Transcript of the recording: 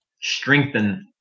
Strengthen